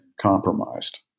compromised